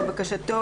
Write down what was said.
לבקשתו,